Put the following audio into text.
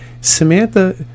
Samantha